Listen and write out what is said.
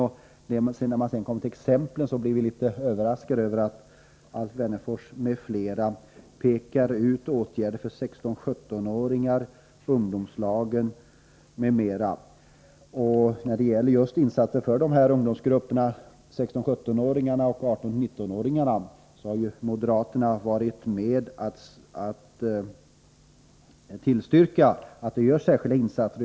Men ser man till de exempel som anförs blir man litet överraskad över att Alf Wennerfors m.fl. pekar ut åtgärder för 16-17 åringar, ungdomslagen m.m. Vad gäller just insatser för ungdomsgrupperna 16-17-åringar och 18-19-åringar har ju moderaterna tidigare varit med om att tillstyrka särskilda insatser.